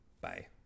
Bye